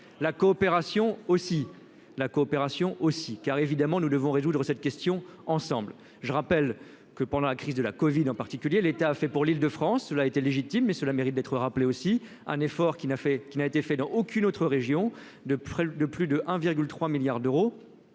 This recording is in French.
la coopération aussi, car évidemment nous devons résoudre cette question ensemble, je rappelle que pendant la crise de la Covid en particulier, l'État a fait pour l'Île de France, il a été légitime mais cela mérite d'être rappelée aussi un effort qui n'a fait qu'il n'a été fait dans aucune autre région de de plus de 1,3 milliards d'euros,